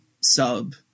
sub